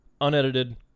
unedited